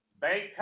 bank